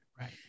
Right